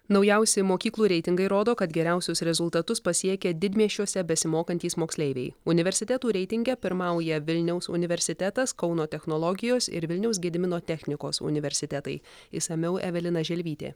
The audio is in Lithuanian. naujausi mokyklų reitingai rodo kad geriausius rezultatus pasiekė didmiesčiuose besimokantys moksleiviai universitetų reitinge pirmauja vilniaus universitetas kauno technologijos ir vilniaus gedimino technikos universitetai išsamiau evelina želvytė